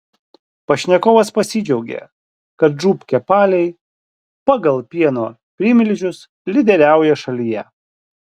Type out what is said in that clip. pašnekovas pasidžiaugė kad žūb kepaliai pagal pieno primilžius lyderiauja šalyje